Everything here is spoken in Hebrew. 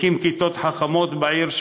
הקים כיתות חכמות בעיר,